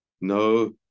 No